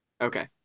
Okay